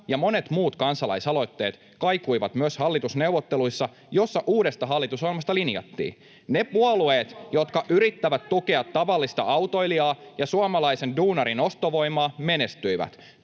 ja monet muut kansalaisaloitteet kaikuivat myös hallitusneuvotteluissa, joissa uudesta hallitusohjelmasta linjattiin. [Välihuutoja keskustan ryhmästä] Ne puolueet, jotka yrittävät tukea tavallista autoilijaa ja suomalaisen duunarin ostovoimaa, menestyivät.